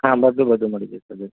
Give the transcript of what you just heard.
હા બધું બધું મળી જશે બેન